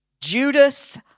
Judas